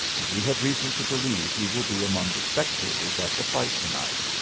and we have reason to believe he will be among the spectators at the fight to-night.